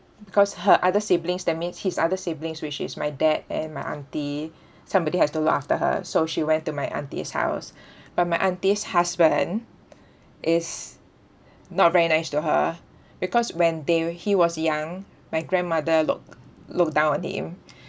because her other siblings that means his other siblings which is my dad and my auntie somebody has to look after so she went to my auntie's house but my auntie's husband is not very nice to her because when they he was young my grandmother look look down on him